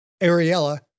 Ariella